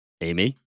Amy